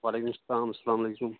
وعلیکُم اسَلام اَسَلامُ علیکُم